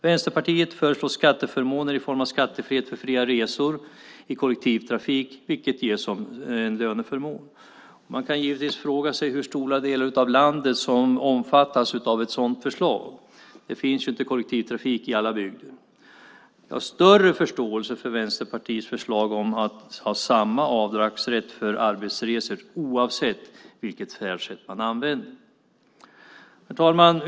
Vänsterpartiet föreslår skatteförmåner i form av skattefrihet för fria resor i kollektivtrafik, vilket ges som en löneförmån. Man kan givetvis fråga sig hur stora delar av landet som omfattas av ett sådant förslag. Det finns ju inte kollektivtrafik i alla bygder. Jag har större förståelse för Vänsterpartiets förslag om att ha samma avdragsrätt för arbetsresor oavsett vilket färdsätt man använder. Herr talman!